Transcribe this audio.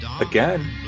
again